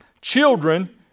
Children